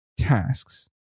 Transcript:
tasks